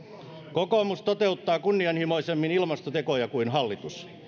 kokoomus toteuttaa kunnianhimoisemmin ilmastotekoja kuin hallitus